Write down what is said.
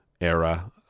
era